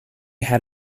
had